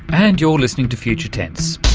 and you're listening to future tense,